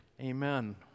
amen